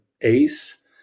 ACE